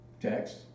text